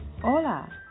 Hola